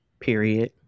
Period